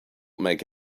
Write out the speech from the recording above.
make